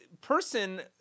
person